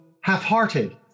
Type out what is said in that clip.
half-hearted